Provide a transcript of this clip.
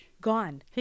gone